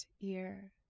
ear